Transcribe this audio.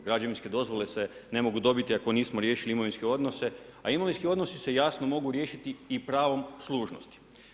Građevinske dozvole se ne mogu dobiti ako nismo riješili imovinske odnose, a imovinski odnosi se jasno mogu riješiti i pravom služnosti.